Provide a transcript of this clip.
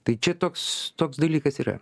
tai čia toks toks dalykas yra